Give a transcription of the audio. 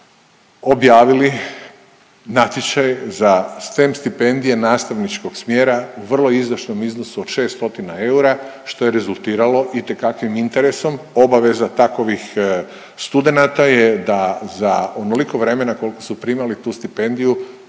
objavili natječaj za STEM stipendije nastavničkog smjera u vrlo izdašnom iznosu od 600 eura što je rezultiralo itekakvim interesom. Obaveza takovih studenata je da za onoliko vremena koliko su primali tu stipendiju